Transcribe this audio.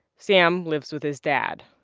sam lives with his dad.